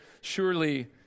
Surely